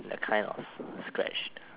they are kind of scratched